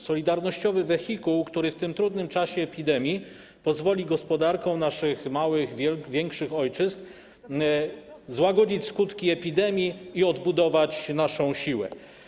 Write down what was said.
Solidarnościowy wehikuł, który w tym trudnym czasie epidemii pozwoli gospodarkom naszych małych, większych ojczyzn złagodzić skutki epidemii i odbudować naszą siłę.